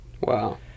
Wow